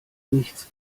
nichts